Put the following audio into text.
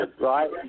right